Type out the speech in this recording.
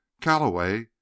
Calloway